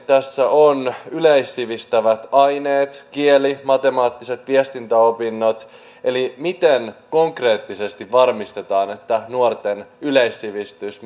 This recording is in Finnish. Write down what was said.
tässä ovat myös yleissivistävät aineet kieli matemaattiset viestintäopinnot eli miten konkreettisesti varmistetaan että nuorten yleissivistys